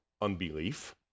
unbelief